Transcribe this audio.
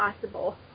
possible